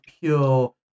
pure